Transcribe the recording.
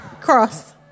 cross